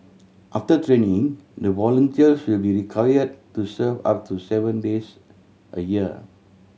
after training the volunteers will be required to serve up to seven days a year